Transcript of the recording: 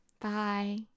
Bye